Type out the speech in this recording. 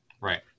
Right